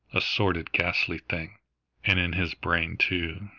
a sordid, ghastly thing! and in his brain, too,